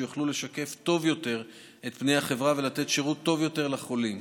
שיוכלו לשקף טוב יותר את פני החברה ולתת שירות טוב יותר לחולים.